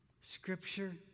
Scripture